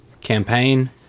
campaign